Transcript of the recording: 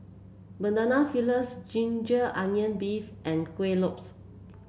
Banana Fritters Ginger Onions beef and Kuih Lopes